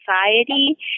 society